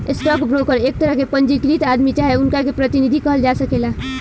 stock broker एक तरह के पंजीकृत आदमी चाहे उनका के प्रतिनिधि कहल जा सकेला